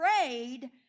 afraid